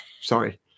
Sorry